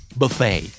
buffet